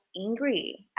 angry